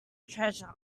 treasure